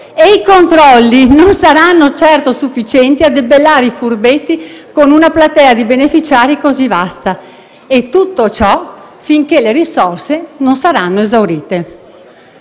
e i controlli non saranno certo sufficienti a debellare i furbetti con una platea di beneficiari così vasta: tutto ciò finché le risorse non saranno esaurite.